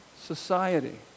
society